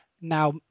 now